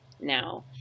now